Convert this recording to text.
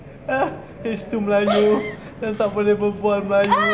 ah there two melayu yang tak boleh berbual melayu